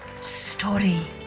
Story